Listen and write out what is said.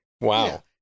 wow